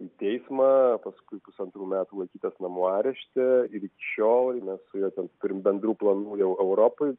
į teismą paskui pusantrų metų laikytas namų arešte ir iki šiol mes su juo ten turim bendrų planų jau europoj